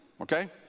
okay